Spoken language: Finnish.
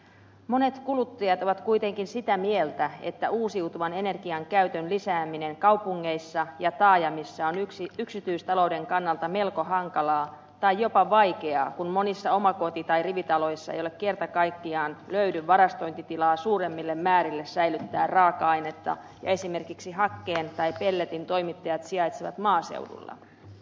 monet kuluttajat ovat kuitenkin sitä mieltä että uusiutuvan energian käytön lisääminen kaupungeissa ja taajamissa on yksityistalouden kannalta melko hankalaa tai jopa vaikeaa kun monissa omakoti tai rivitaloissa ei kerta kaikkiaan löydy varastointitilaa säilyttää suurempia määriä raaka ainetta ja esimerkiksi hakkeen tai pelletin toimittajat sijaitsevat maaseudulla